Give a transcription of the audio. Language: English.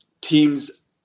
teams